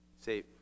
say